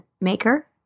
Maker